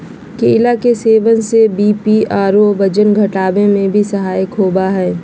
केला के सेवन से बी.पी कम आरो वजन घटावे में भी सहायक होबा हइ